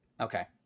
okay